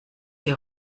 ihr